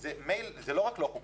זה לא רק לא חוקי,